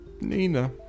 Nina